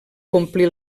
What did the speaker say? complir